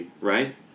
right